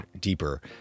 deeper